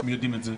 אתם יודעים את זה.